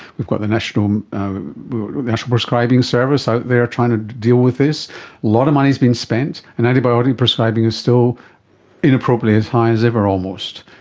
we've got the national um national prescribing service out there trying to deal with this. a lot of money has been spent and antibiotic prescribing is still inappropriately as high as ever almost.